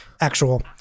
actual